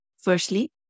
Firstly